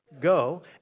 Go